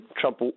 Trump